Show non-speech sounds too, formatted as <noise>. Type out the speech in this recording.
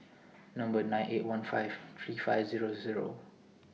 <noise> Number nine eight one five three five Zero Zero